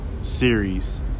series